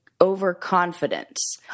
overconfidence